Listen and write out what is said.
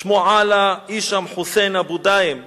שמו עלא הישאם חוסיין אבו דהיים,